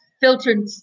filtered